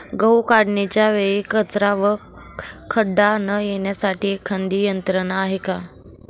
गहू काढणीच्या वेळी कचरा व खडा न येण्यासाठी एखादी यंत्रणा आहे का?